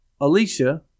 Alicia